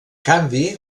canvi